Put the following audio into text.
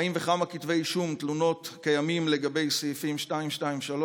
האם וכמה כתבי אישום ותלונות יש בסעיפים 223,